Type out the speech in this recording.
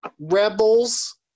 rebels